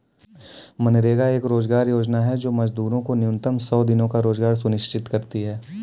मनरेगा एक रोजगार योजना है जो मजदूरों को न्यूनतम सौ दिनों का रोजगार सुनिश्चित करती है